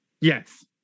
Yes